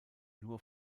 nur